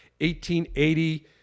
1880